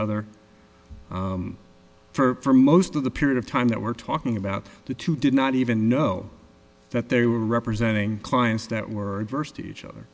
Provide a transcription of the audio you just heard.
other for most of the period of time that we're talking about the two did not even know that they were representing clients that were adverse to each other